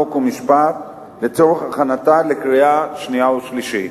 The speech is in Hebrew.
חוק ומשפט לצורך הכנתה לקריאה שנייה ולקריאה שלישית.